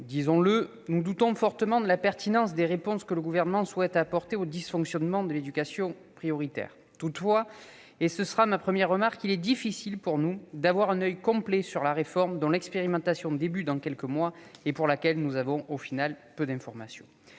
Disons-le, nous doutons fortement de la pertinence des réponses que le Gouvernement souhaite apporter aux dysfonctionnements de l'éducation prioritaire. Toutefois, et ce sera ma première remarque, il est difficile pour nous d'avoir un oeil complet sur une réforme dont l'expérimentation commence dans quelques mois et pour laquelle nous avons, finalement, peu d'informations.